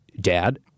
dad